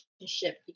relationship